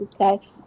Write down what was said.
Okay